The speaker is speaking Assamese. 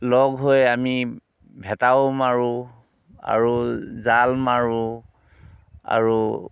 লগ হৈ আমি ভেটাও মাৰোঁ আৰু জাল মাৰোঁ আৰু